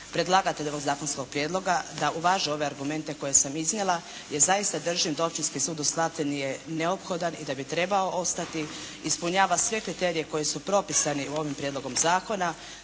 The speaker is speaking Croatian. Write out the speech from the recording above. predlagatelju ovoga zakonskoga prijedloga da uvaži ove argumente koje sam iznijela. Jer zaista držim da općinski sud u Slatini je neophodan i da bi trebao ostati, ispunjava sve kriterije koji su propisani ovim prijedlogom zakona.